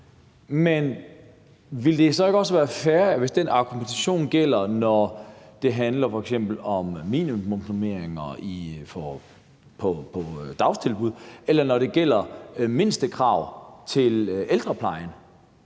Men ville det så ikke også være fair, at den argumentation gælder, når det f.eks. handler om minimumsnormeringer på dagtilbudsområdet, eller når det gælder mindstekrav til ældreplejen,